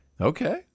Okay